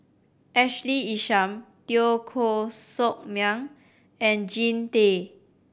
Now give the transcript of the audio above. Ashley Isham Teo Koh Sock Miang and Jean Tay